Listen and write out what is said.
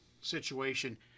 situation